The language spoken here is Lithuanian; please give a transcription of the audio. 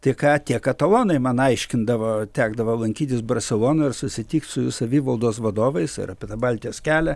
tai ką tie katalonai man aiškindavo tekdavo lankytis barselonoj susitiks su savivaldos vadovais ar apie tą baltijos kelią